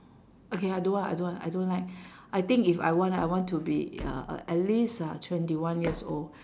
okay I don't want I don't want I don't like I think if I want I want to be uh at least uh twenty one years old